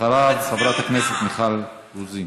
אחריו, חברת הכנסת מיכל רוזין.